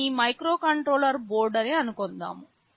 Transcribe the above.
ఇది మీ microcontroller board అని అనుకుందాం